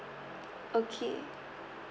okay